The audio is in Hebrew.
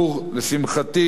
לשמחתי,